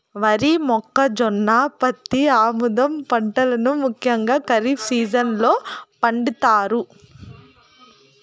వరి, మొక్కజొన్న, పత్తి, ఆముదం పంటలను ముఖ్యంగా ఖరీఫ్ సీజన్ లో పండిత్తారు